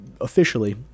officially